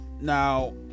Now